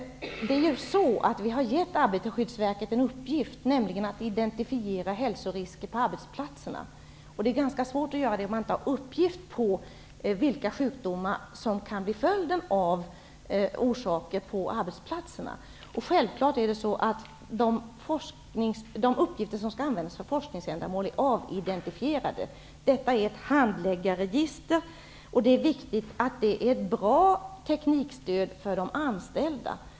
Vi har gett Arbetarskyddsstyrelsen en uppgift, nämligen att identifiera hälsorisker på arbetsplatser. Det är ganska svårt att göra det om man inte har uppgift om vilka sjukdomar som kan bli följden av förhållanden på arbetsplatser. Självfallet skall de uppgifter som används för forskningsändamål vara avidentifierade. Men detta är ett handläggarregister. Det är viktigt att det finns ett bra teknikstöd för de anställda.